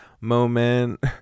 moment